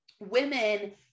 women